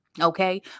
Okay